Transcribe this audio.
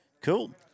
Cool